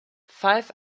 five